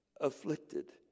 afflicted